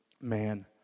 man